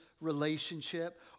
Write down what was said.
relationship